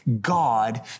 God